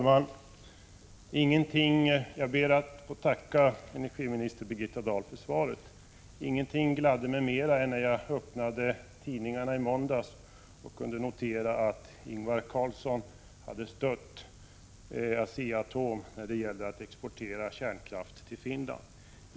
Fru talman! Jag ber att få tacka energiminister Birgitta Dahl för svaret. Ingenting gladde mig mera än när jag öppnade tidningarna i måndags och kunde notera att Ingvar Carlsson hade stött Asea-Atom när det gällde att exportera kärnkraft till Finland.